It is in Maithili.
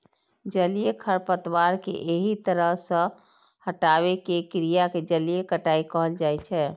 जलीय खरपतवार कें एहि तरह सं हटाबै के क्रिया कें जलीय कटाइ कहल जाइ छै